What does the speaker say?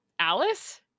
Alice